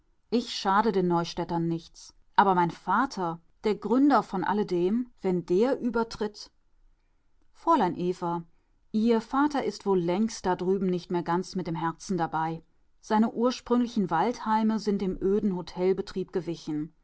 ich schade den neustädtern nichts aber mein vater der gründer von allem wenn der übertritt fräulein eva ihr vater ist wohl längst da drüben nicht mehr ganz mit dem herzen dabei seine ursprünglichen waldheime sind dem öden hotelbetrieb gewichen